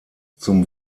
zum